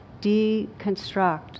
deconstruct